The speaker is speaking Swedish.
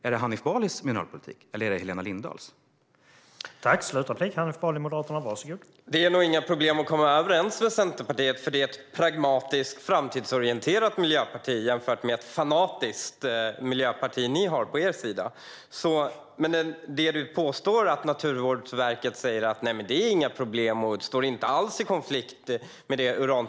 Är det Hanif Balis eller Helena Lindahls mineralpolitik?